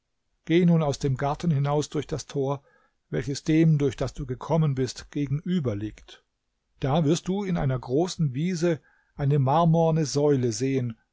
geh nun aus dem garten hinaus durch das tor welches dem durch das du gekommen bist gegenüber liegt da wirst du in einer großen wiese eine marmorne säule sehen